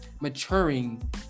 maturing